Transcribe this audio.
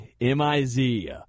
M-I-Z